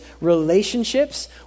relationships